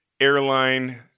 airline